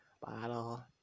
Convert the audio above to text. bottle